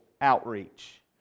outreach